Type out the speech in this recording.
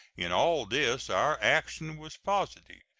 in all this our action was positive,